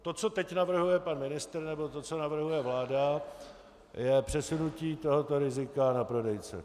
To, co teď navrhuje pan ministr, nebo to, co navrhuje vláda, je přesunutí tohoto rizika na prodejce.